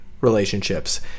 relationships